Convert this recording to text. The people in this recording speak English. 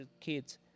kids